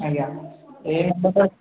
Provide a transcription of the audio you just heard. ଆଜ୍ଞା ଏହି ନମ୍ବର୍ ତ